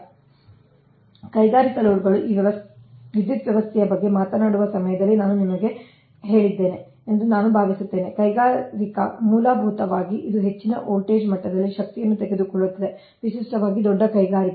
ಆದ್ದರಿಂದ ಕೈಗಾರಿಕಾ ಲೋಡ್ ಗಳು ಈ ವಿದ್ಯುತ್ ವ್ಯವಸ್ಥೆಯ ಬಗ್ಗೆ ಮಾತನಾಡುವ ಸಮಯದಲ್ಲಿ ನಾನು ನಿಮಗೆ ಹೇಳಿದ್ದೇನೆ ಎಂದು ನಾನು ಭಾವಿಸುತ್ತೇನೆ ಕೈಗಾರಿಕಾ ಮೂಲಭೂತವಾಗಿ ಇದು ಹೆಚ್ಚಿನ ವೋಲ್ಟೇಜ್ ಮಟ್ಟದಲ್ಲಿ ಶಕ್ತಿಯನ್ನು ತೆಗೆದುಕೊಳ್ಳುತ್ತದೆ ವಿಶೇಷವಾಗಿ ದೊಡ್ಡ ಕೈಗಾರಿಕೆಗಳು